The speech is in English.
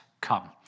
come